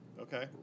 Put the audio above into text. Okay